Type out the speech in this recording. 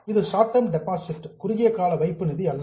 இது short term deposit குறுகிய கால வைப்பு நிதி அல்ல